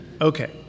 okay